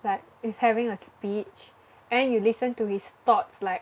like is having a speech and then you listen to his thoughts like